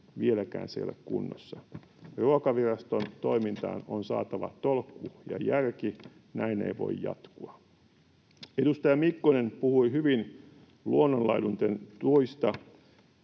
vieläkään se ei ole kunnossa. Ruokaviraston toimintaan on saatava tolkku ja järki. Näin ei voi jatkua. Edustaja Mikkonen puhui hyvin luonnonlaidunten tuista,